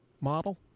model